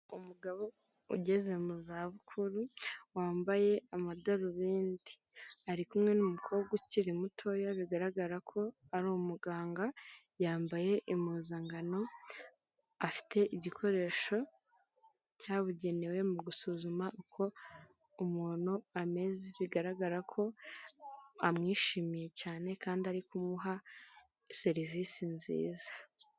Umugabo ugeze mu za bukuru wambaye amadarubindi, ari kumwe n'umukobwa ukiri muto iyo bigaragara ko ari umuganga, yambaye impuzankano afite igikoresho cyabugenewe mu gusuzuma uko umuntu ameze bigaragara ko amwishimiye cyane, kandi ari kumuha serivisi nziza.